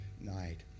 night